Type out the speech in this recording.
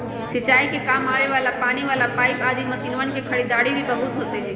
सिंचाई के काम आवे वाला पानी वाला पाईप आदि मशीनवन के खरीदारी भी बहुत होते हई